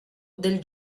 del